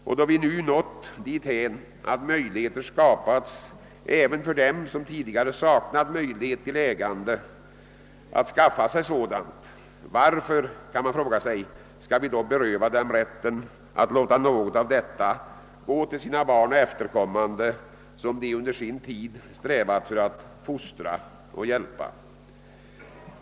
När vi nu nått dithän att möjligheter skapats till ägande även för människor som tidigare saknat sådana möjligheter, varför skall vi då beröva dem rätten att låta något av detta gå till barn och efterkommande, som de under sin tid strävat att fostra och hjälpa?